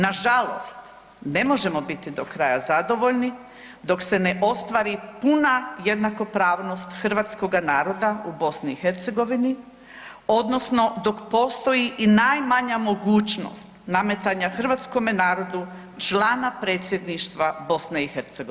Nažalost, ne možemo biti do kraja zadovoljni dok se ne ostvari puna jednakopravnost hrvatskoga naroda u BiH odnosno dok postoji i najmanja mogućnost nametanja hrvatskome narodu člana predsjedništva BiH.